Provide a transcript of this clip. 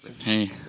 Hey